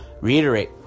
reiterate